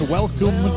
Welcome